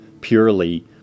purely